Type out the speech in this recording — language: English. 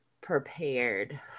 prepared